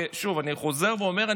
ושוב אני חוזר ואומר,